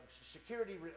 security